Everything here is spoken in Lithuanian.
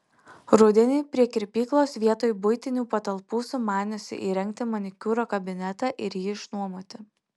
rudenį prie kirpyklos vietoj buitinių patalpų sumaniusi įrengti manikiūro kabinetą ir jį išnuomoti